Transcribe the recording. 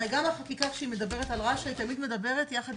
הרי גם החקיקה כשהיא מדברת על רש"א היא מדברת יחד